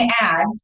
ads